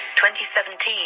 2017